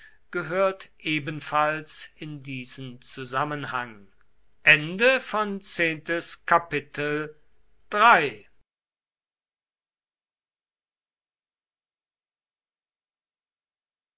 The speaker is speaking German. gehört ebenfalls in diesen zusammenhang